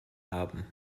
haben